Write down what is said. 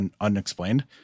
unexplained